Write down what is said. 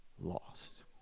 lost